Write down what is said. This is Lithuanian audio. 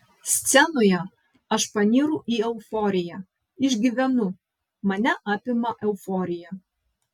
scenoje aš panyru į euforiją išgyvenu mane apima euforija